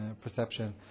perception